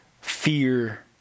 fear